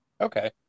Okay